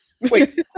Wait